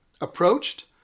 approached